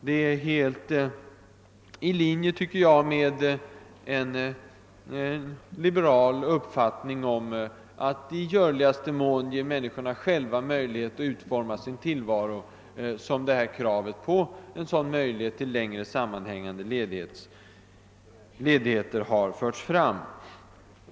Det krav på möjlighet till längre sammanhängande ledigheter som har förts fram ligger helt i linje med den liberala uppfattningen att människorna i görligaste mån själva bör få utforma sin tillvaro.